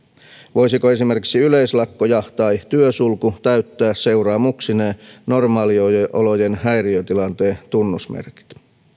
voisiko esimerkiksi yleislakko ja tai työsulku täyttää seuraamuksineen normaaliolojen häiriötilanteen tunnusmerkit